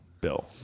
bill